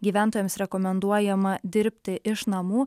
gyventojams rekomenduojama dirbti iš namų